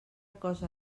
cosa